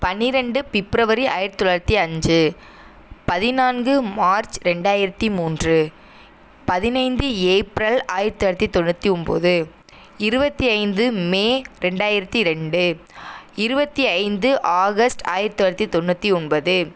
பனிரெண்டு பிப்ரவரி ஆயிரத்தி தொள்ளாயிரத்தி அஞ்சு பதினான்கு மார்ச் ரெண்டாயிரத்தி மூன்று பதினைந்து ஏப்ரல் ஆயிரத்தி தொள்ளாயிரத்தி தொண்ணூற்றி ஒம்பது இருபத்தி ஐந்து மே ரெண்டாயிரத்தி ரெண்டு இருபத்தி ஐந்து ஆகஸ்ட் ஆயிரத்தி தொள்ளாயிரத்தி தொண்ணூற்றி ஒன்பது